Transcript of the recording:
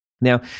Now